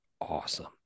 awesome